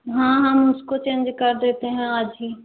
हाँ हम उसको चेंज कर देते हैं आज ही